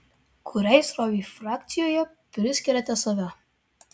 kuriai srovei frakcijoje priskiriate save